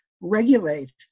regulate